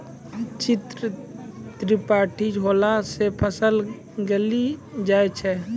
चित्रा झपटी होला से फसल गली जाय छै?